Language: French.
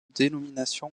dénomination